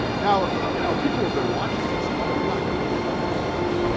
now, you know, people who have been watching this know you're not gonna give him any points.